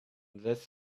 this